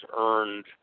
earned